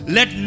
Let